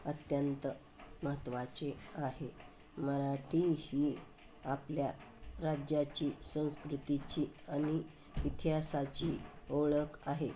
अत्यंत महत्त्वाचे आहे मराठी ही आपल्या राज्याची संस्कृतीची आणि इतिहासाची ओळख आहे